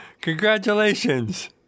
Congratulations